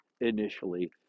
initially